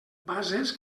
bases